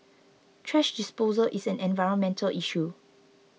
thrash disposal is an environmental issue